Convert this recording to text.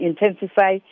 intensify